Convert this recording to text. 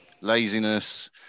laziness